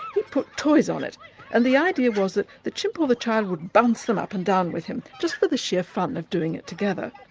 he put toys on it and the idea was that the chimp or the child would bounce them up and down with him, just for the sheer fun of doing it together.